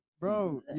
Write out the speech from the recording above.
Bro